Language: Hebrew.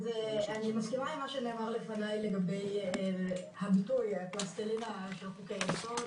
אני מסכימה עם מה שנאמר לפני לגבי הביטוי של הפלסטלינה של חוקי היסוד.